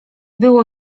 było